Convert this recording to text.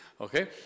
okay